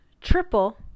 triple